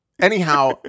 Anyhow